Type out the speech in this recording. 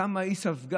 כמה היא ספגה,